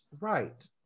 Right